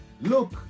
Look